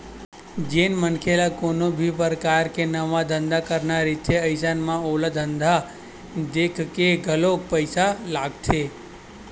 जेन मनखे ल कोनो भी परकार के नवा धंधा करना रहिथे अइसन म ओला धंधा देखके घलोक पइसा लगथे